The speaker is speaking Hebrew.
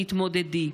תתמודדי,